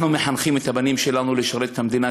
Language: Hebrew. אנחנו מחנכים את הבנים שלנו לשרת את המדינה,